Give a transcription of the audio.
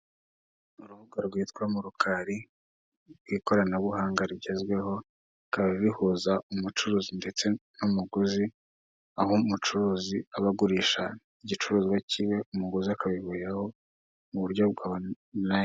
Urubuga rwitwa mu rukari rw'ikoranabuhanga rigezweho rikaba bihuza umucuruzi ndetse n'umuguzi, aho umucuruzi aba agurisha igicuruzwa k'iwe umuguzi akabiguriraho mu buryo bwa oni rayini.